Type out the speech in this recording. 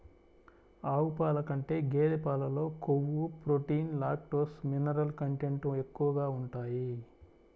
ఆవు పాల కంటే గేదె పాలలో కొవ్వు, ప్రోటీన్, లాక్టోస్, మినరల్ కంటెంట్ ఎక్కువగా ఉంటాయి